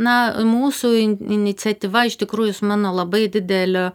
na mūsų iniciatyva iš tikrųjų su mano labai dideliu